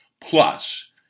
Plus